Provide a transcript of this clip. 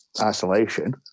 isolation